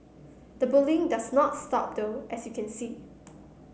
the bullying does not stop though as you can see